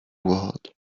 world